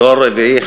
דור רביעי,